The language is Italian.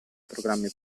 programmi